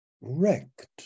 wrecked